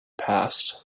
passed